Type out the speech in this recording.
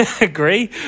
agree